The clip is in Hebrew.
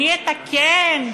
אני אתקן.